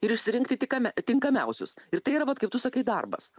ir išsirinkti tik tinkamiausius ir tai yra vat kaip tu sakai darbas